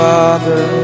Father